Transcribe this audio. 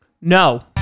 No